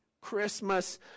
Christmas